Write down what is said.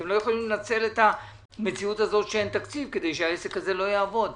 אתם לא יכולים לנצל את המציאות הזאת שאין תקציב כדי שהעסק הזה לא יעבוד.